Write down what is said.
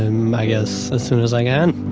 um i guess as soon as i can.